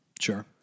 Sure